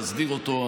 להסדיר אותו.